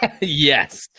Yes